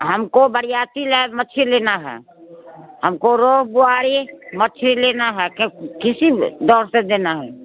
हमको बरयाती लैब मच्छी लेना है हमको रोहूँ बोआरी मच्छी लेना है क्यों किसी धों से देना है